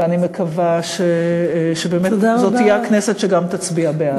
ואני מקווה שבאמת זאת תהיה הכנסת שגם תצביע בעד.